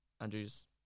Andrew's